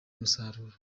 umusaruro